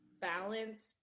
balance